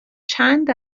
چند